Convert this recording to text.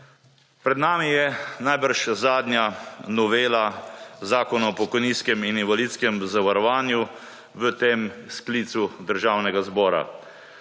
Pred nami je najbrž zadnja novela Zakona o pokojninskem in invalidskem zavarovanju, v tem sklicu Državnega zbora.